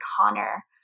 Connor